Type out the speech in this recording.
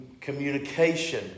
communication